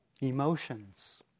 Emotions